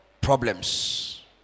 problems